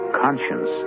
conscience